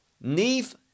neve